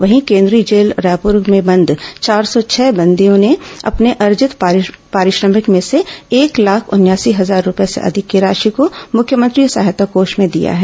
वहीं केंद्रीय जेल रायपुर में बंद चार सौ छह बंदियों ने अपने अर्जित पारिश्रमिक से एक लाख उनयासी हजार रूपये से अधिक की राशि को मुख्यमंत्री सहायता कोष में दिया है